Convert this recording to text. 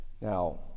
Now